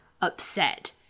upset